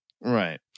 right